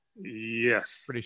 Yes